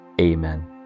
Amen